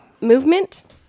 movement